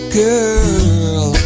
girl